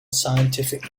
scientific